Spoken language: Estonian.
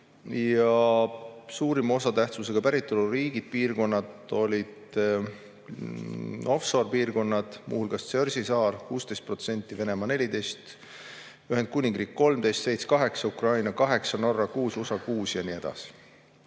Ja suurima osatähtsusega päritoluriigid ja ‑piirkonnad olidoffshore-piirkonnad, muu hulgas Jersey saar 16%, Venemaa 14%, Ühendkuningriik 13%, Šveits 8%, Ukraina 8%, Norra 6%, USA 6% ja nii edasi.